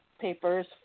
papers